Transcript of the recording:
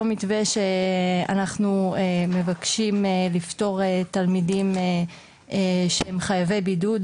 אותו מתווה שאנחנו מבקשים לפתור תלמידים שהם חייבי בידוד